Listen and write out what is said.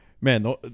Man